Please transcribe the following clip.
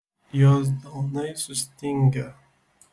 jos delnai sustingę